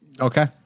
Okay